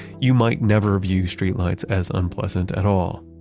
you might never view streetlights as unpleasant at all.